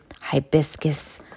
hibiscus